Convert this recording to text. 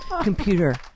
Computer